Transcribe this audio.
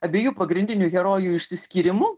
abiejų pagrindinių herojų išsiskyrimu